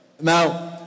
Now